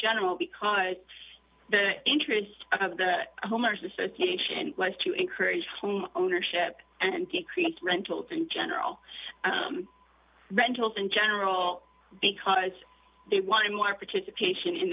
general because the interest of the homeowners association was to encourage home ownership and to create rentals in general rentals in general because they wanted more participation in